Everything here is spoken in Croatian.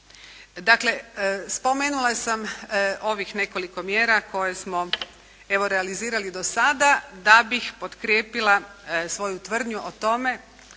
Dakle, spomenula sam ovih nekoliko mjera koje smo evo realizirali do sada da bih potkrijepila svoju tvrdnju o tome